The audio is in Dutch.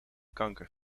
kanker